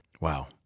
wow